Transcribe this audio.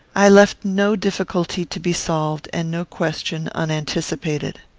i left no difficulty to be solved, and no question unanticipated.